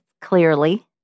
clearly